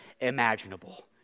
imaginable